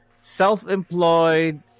self-employed